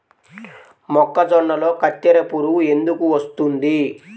మొక్కజొన్నలో కత్తెర పురుగు ఎందుకు వస్తుంది?